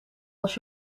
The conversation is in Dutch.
als